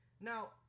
Now